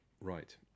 Right